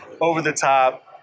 over-the-top